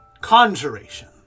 Conjuration